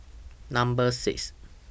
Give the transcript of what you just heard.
Number six